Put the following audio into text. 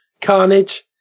carnage